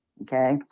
Okay